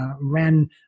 ran